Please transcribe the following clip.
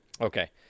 Okay